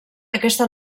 aquesta